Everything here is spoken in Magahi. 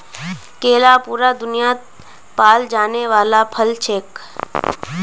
केला पूरा दुन्यात पाल जाने वाला फल छिके